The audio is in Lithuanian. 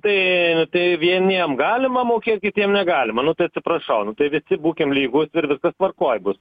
tai nu tai vieniem galima mokėt kitiem negalima nu tai atsiprašau nu tai visi būkim lygūs ir viskas tvarkoj bus